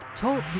Talk